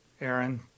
Aaron